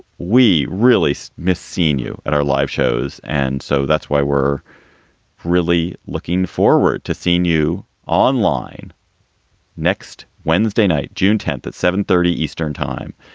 we really miss seeing you at our live shows. and so that's why we're really looking forward to seeing you online next wednesday night, june tenth, at seven thirty eastern time,